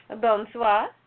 Bonsoir